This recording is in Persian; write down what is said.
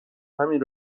همین